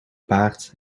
paard